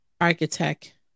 architect